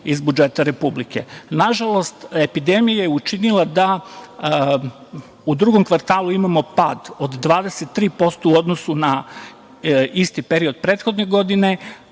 iz budžeta Republike. Nažalost, epidemija je učinila da u drugom kvartalu imamo pad od 23% u odnosu na isti period prethodne godine,